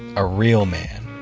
a real man.